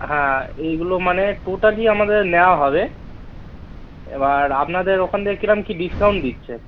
হ্যাঁ এইগুলো মানে টোটালি আমাদের নেওয়া হবে এবার আপনাদের ওখান থেকে কিরম কি ডিসকাউন্ট দিচ্ছে